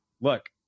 Look